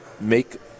make